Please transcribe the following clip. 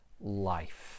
life